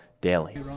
daily